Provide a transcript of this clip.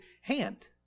hand